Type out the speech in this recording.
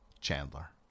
Chandler